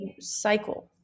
cycle